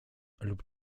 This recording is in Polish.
lub